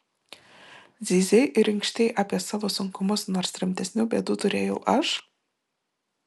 zyzei ir inkštei apie savo sunkumus nors rimtesnių bėdų turėjau aš